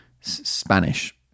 spanish